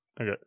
Okay